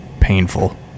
painful